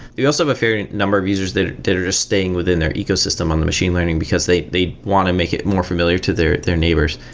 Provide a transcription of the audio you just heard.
also have a fair number of users that that are just staying within their ecosystem on the machine learning, because they they want to make it more familiar to their their neighbors.